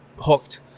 hooked